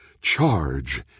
Charge